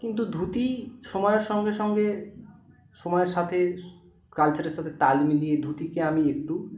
কিন্তু ধুতি সময়ের সঙ্গে সঙ্গে সময়ের সাথে কালচারের সাথে তাল মিলিয়ে ধুতিকে আমি একটু